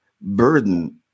burden